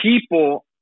people